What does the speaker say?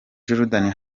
jordan